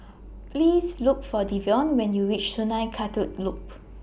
Please Look For Devon when YOU REACH Sungei Kadut Loop